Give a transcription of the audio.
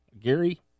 Gary